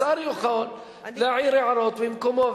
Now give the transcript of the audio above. השר יכול להעיר הערות ממקומו,